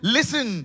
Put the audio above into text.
listen